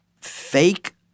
fake